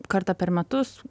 kartą per metus